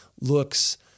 looks